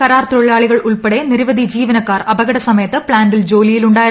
കരാർ തൊഴിലാളികൾ ഉൾപ്പെടെ നിരവധി ജീവനക്കാർ അപകട സമയത്ത് പ്ലാന്റിൽ ജോലിയിലുണ്ടായിരുന്നു